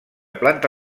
planta